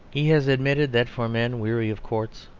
he has admitted that for men weary of courts,